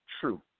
true